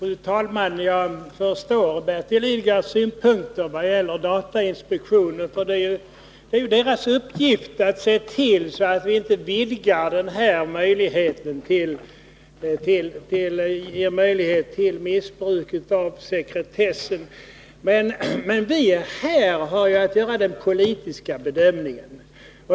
Fru talman! Jag förstår Bertil Lidgards synpunkter vad gäller datainspektionen. Det är dess uppgift att se till att vi inte vidgar möjligheten till missbruk av sekretessen. Men vi här i riksdagen har att göra den politiska bedömningen.